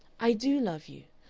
i do love you.